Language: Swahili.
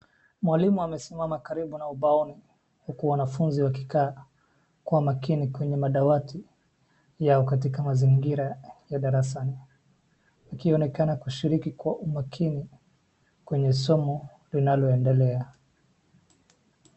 Mwalimu amesimama karibu na ubaoni huku wanafunzi wakikaa kwa makini kwenye madawati yao katika mazingira ya darasani wakionekana kushiriki kwa umakini kwenye somo linaloendelea.